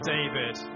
David